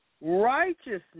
righteousness